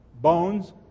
bones